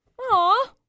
Aw